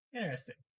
Interesting